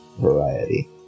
Variety